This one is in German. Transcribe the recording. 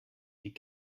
die